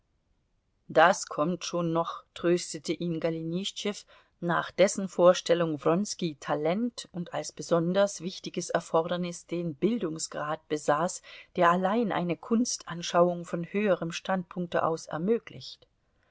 das kommt schon noch tröstete ihn golenischtschew nach dessen vorstellung wronski talent und als besonders wichtiges erfordernis den bildungsgrad besaß der allein eine kunstanschauung von höherem standpunkte aus ermöglicht